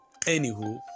Anywho